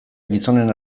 gizonen